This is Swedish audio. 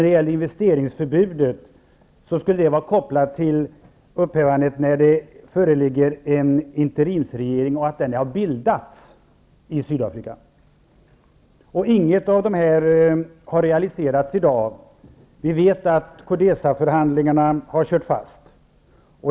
Beträffande investeringsförbudet skulle upphävandet vara kopplat till att en interimsregering har bildats i Inget av dessa krav har uppfyllts i dag. Vi vet att förhandlingarna har kört fast.